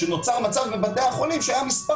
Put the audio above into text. כשנוצר מצב בבתי החולים שהיה מספר